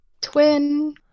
Twin